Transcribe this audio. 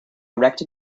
erect